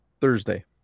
Thursday